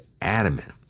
adamant